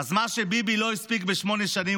מה שביבי לא הספיק בשמונה שנים,